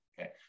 okay